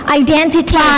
identity